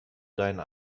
deinen